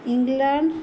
England